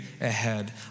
ahead